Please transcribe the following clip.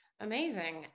Amazing